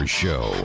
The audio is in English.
show